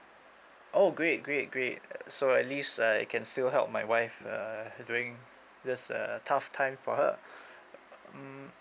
oh great great great so at least I can still help my wife err during this uh uh tough time for her mm